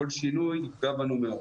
וכל שינוי יפגע בנו מאוד.